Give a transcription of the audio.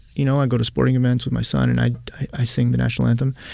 you know, i go to sporting events with my son, and i i sing the national anthem.